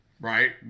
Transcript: right